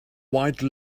white